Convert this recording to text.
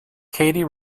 katie